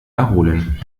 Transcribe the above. erholen